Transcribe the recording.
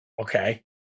Okay